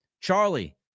Charlie